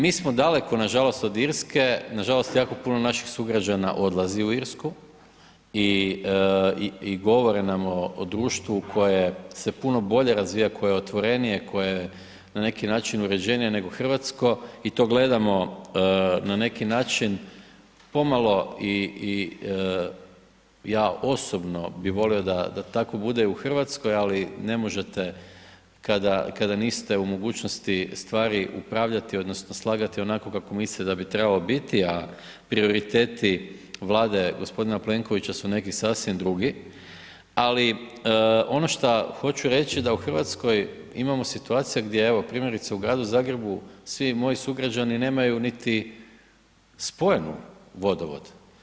Mi smo daleko nažalost od Irske, nažalost jako puno naših sugrađana odlazi u Irsku i govore nam o društvu koje se puno bolje razvija, koje je otvorenije, koje je na neki način uređenije nego Hrvatsko i to gledamo na neki način pomalo i ja osobno bi volio da tako bude i u Hrvatskoj, ali ne možete kada niste u mogućnosti stvari upravljati odnosno slagati kako mislite da bi trebalo biti, a prioriteti Vlade gospodina Plenkovića su neki sasvim drugi, ali ono šta hoću reći da u Hrvatskoj imamo situacija gdje evo primjerice u Gradu Zagrebu svi moji sugrađani nemaju niti spojen vodovod.